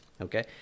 Okay